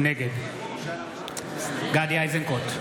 נגד גדי איזנקוט,